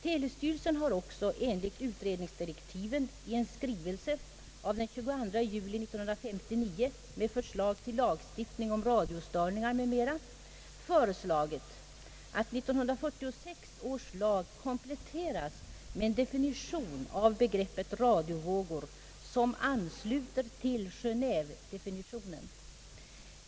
Telestyrelsen har också enligt utredningsdirektiven i en skrivelse av den 22 juli 1959 med förslag till lagstiftning om radiostörning m.m. föreslagit att 1946 års lag kompletteras med en definition av begreppet radiovågor som ansluter till Genévedefinitionen.